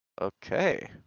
Okay